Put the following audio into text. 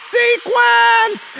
sequence